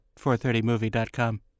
430movie.com